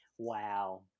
wow